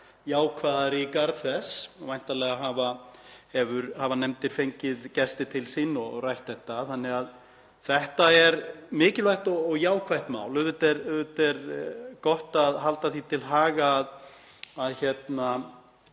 jákvæðar í garð þess. Væntanlega hafa nefndir fengið gesti til sín og rætt þetta þannig að þetta er mikilvægt og jákvætt mál. Auðvitað er gott að halda því til haga að það